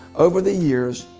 over the years,